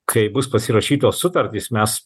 kai bus pasirašytos sutartys mes